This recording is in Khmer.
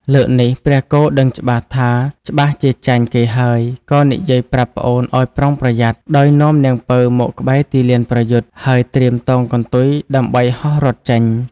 លើកនេះព្រះគោដឹងច្បាស់ថាច្បាស់ជាចាញ់គេហើយក៏និយាយប្រាប់ប្អូនឲ្យប្រុងប្រយ័ត្ន ដោយនាំនាងពៅមកក្បែរទីលានប្រយុទ្ធ ហើយត្រៀមតោងកន្ទុយដើម្បីហោះរត់ចេញ។